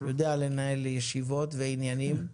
הוא יודע לנהל ישיבות ועניינים.